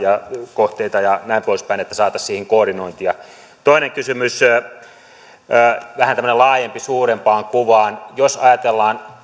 kohteita ja näin poispäin että saataisiin siihen koordinointia toinen kysymys vähän tämmöinen laajempi suurempaan kuvaan jos ajatellaan